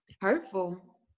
hurtful